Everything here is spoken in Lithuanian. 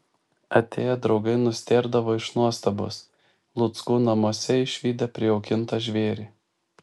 atėję draugai nustėrdavo iš nuostabos luckų namuose išvydę prijaukintą žvėrį